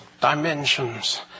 dimensions